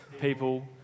people